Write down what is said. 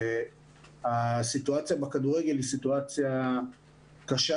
הסיטואציה בכדורגל היא סיטואציה קשה